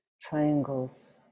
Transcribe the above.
triangles